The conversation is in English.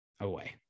away